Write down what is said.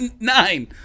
nine